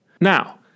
Now